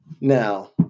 Now